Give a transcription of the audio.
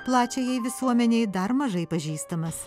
plačiajai visuomenei dar mažai pažįstamas